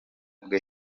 bwe